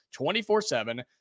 24-7